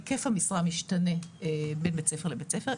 היקף המשרה משתנה בין בית ספר לבית ספר.